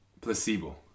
placebo